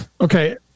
Okay